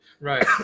Right